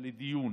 לדיון